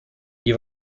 die